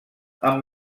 amb